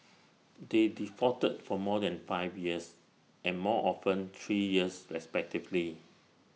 they defaulted for more than five years and more often three years respectively